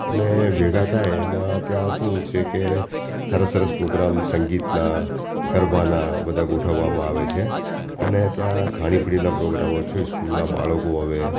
અને ભેગા થાય એમાં ત્યાં શું છે કે સરસ સરસ પ્રોગ્રામ સંગીતના ગરબાના બધા ગોઠવવામાં આવે છે અને ત્યાં ખાણી પીણીના પ્રોગ્રામો છે સ્કૂલનાં બાળકો આવે